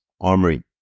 Armory